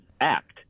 act